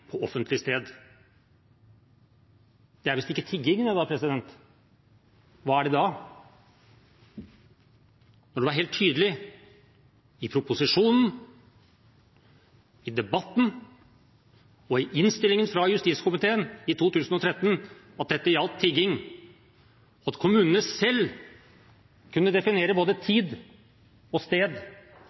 på offentlig sted». Dette er visst ikke tigging. Hva er det da? Det var helt tydelig i proposisjonen, i debatten og i innstillingen fra justiskomiteen i 2013 at dette gjaldt tigging, og at kommunene selv kunne definere både tid og sted